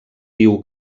diu